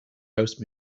house